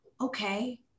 okay